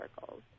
circles